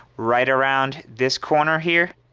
right around this corner here,